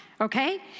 okay